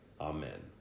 Amen